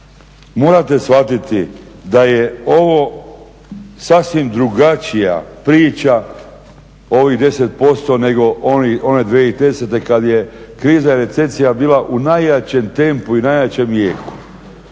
morate shvatiti da je ovo sasvim drugačija priča ovih 10% nego one 2010. kad je kriza i recesija bila u najjačem tempu i najjačem jeku.